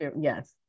yes